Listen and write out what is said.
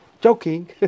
Joking